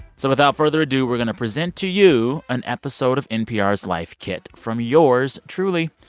so without further ado, we're going to present to you an episode of npr's life kit from yours truly.